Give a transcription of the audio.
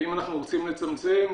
ואם אנחנו רוצים לצמצם,